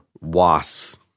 wasps